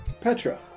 Petra